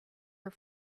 are